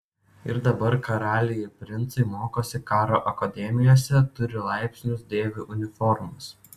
ir dabar karaliai ir princai mokosi karo akademijose turi laipsnius dėvi uniformas